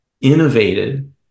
innovated